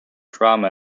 drama